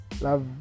Love